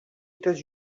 états